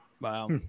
Wow